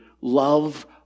love